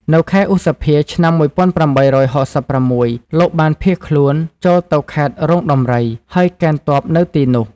នៅខែឧសភា ឆ្នាំ ១៨៦៦ លោកបានភៀសខ្លួនចូលទៅខេត្តរោងដំរី ហើយកេណ្ឌទ័ពនៅទីនោះ។